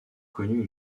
connu